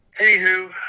Anywho